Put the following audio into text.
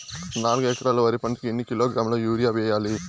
నాలుగు ఎకరాలు వరి పంటకి ఎన్ని కిలోగ్రాముల యూరియ వేయాలి?